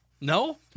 No